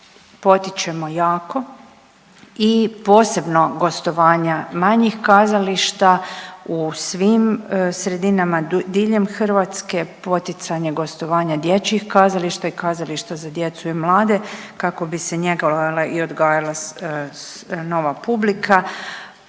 potičemo jako i posebno gostovanja manjih kazališta u svim sredinama diljem Hrvatske, poticanje gostovanja dječjih kazališta i kazališta za djecu i mlade kako bi se njegovala i odgajala nova publika,